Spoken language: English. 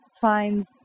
finds